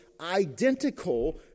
identical